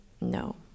No